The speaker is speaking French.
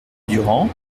durand